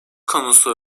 konusu